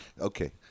Okay